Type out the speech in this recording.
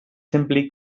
simply